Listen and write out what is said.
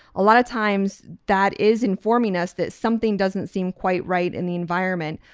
a lot of times that is informing us that something doesn't seem quite right in the environment.